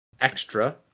extra